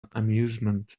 amusement